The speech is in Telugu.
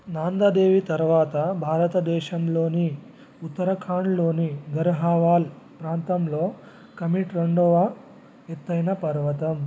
నాంద దేవి తరువాత భారతదేశంలోని ఉత్తరాఖండ్లోని గర్హావాల్ ప్రాంతంలో కమెత్ రెండవ ఎత్తైన పర్వతం